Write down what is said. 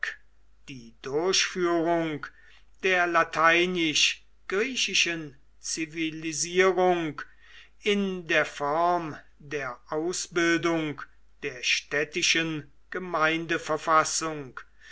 die durchführung der lateinisch griechischen zivilisierung in der form der ausbildung der städtischen